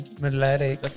melodic